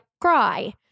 cry